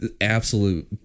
Absolute